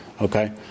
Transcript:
Okay